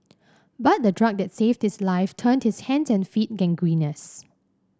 but the drug that saved his life turned his hands and feet gangrenous